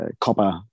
copper